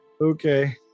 okay